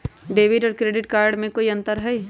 Debit और credit card में कई अंतर हई?